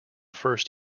first